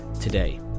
today